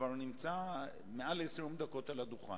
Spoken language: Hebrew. כבר נמצא על הדוכן